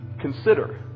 consider